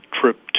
trip